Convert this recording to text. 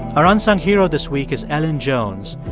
our unsung hero this week is elin jones,